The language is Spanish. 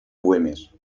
güemes